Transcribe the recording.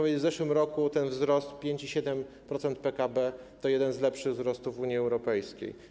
W zeszłym roku wzrost 5,7% PKB to jeden z lepszych wzrostów w Unii Europejskiej.